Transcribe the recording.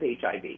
HIV